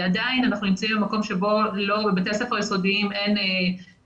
עדיין אנחנו נמצאים במקום שבו לבתי הספר היסודיים אין